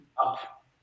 up